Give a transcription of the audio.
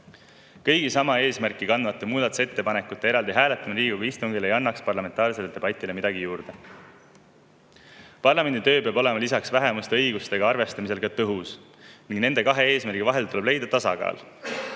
Kõigi sama eesmärki kandvate muudatusettepanekute eraldi hääletamine Riigikogu istungil ei annaks parlamentaarsele debatile midagi juurde. Parlamendi töö peab lisaks sellele, et vähemuste õigustega arvestatakse, olema ka tõhus. Nende kahe eesmärgi vahel tuleb leida tasakaal.